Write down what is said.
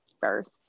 First